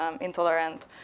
intolerant